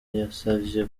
yasavye